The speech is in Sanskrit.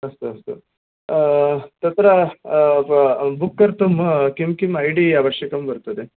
अस्तु अस्तु तत्र बुक् कर्तुं किं किम् ऐ डी आवश्यकं वर्तते